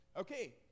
Okay